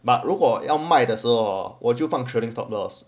but 如果要卖的时候我就放 trailing stop loss